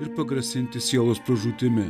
ir pagrasinti sielos pražūtimi